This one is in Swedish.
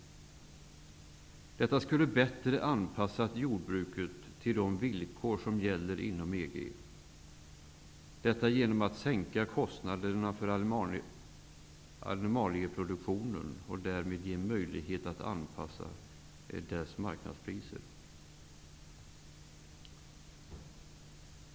Genom att kostnaderna för animalieproduktionen skulle ha sänkts och priserna bättre skulle ha anpassats till marknaden skulle jordbruket bättre ha anpassats till de villkor som gäller inom EG.